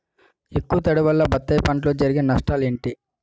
ఎక్కువ తడి వల్ల బత్తాయి పంటలో జరిగే నష్టాలేంటి?